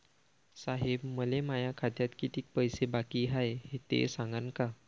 साहेब, मले माया खात्यात कितीक पैसे बाकी हाय, ते सांगान का?